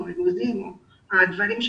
אגוזים ובוטנים,